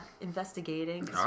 investigating